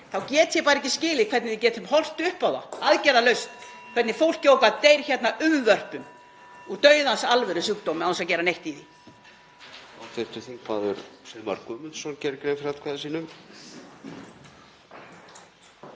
þá get ég bara ekki skilið hvernig við getum horft upp á það aðgerðalaust hvernig fólkið okkar deyr hérna unnvörpum úr dauðans alvörusjúkdómi án þess að gera neitt í því.